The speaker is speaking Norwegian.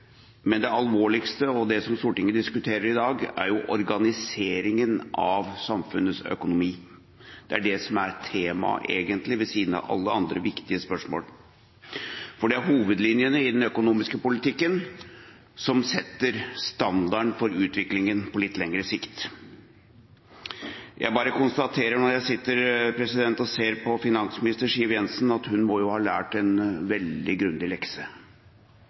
men det alvorligste og det som Stortinget diskuterer i dag, er organiseringen av samfunnets økonomi. Det er det som er temaet, egentlig – ved siden av alle andre viktige spørsmål. For det er hovedlinjene i den økonomiske politikken som setter standarden for utviklingen på litt lengre sikt. Jeg bare konstaterer når jeg sitter og ser på finansminister Siv Jensen, at hun må ha lært en veldig grundig lekse.